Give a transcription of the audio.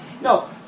No